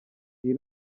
iyi